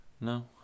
No